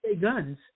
guns